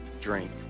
drink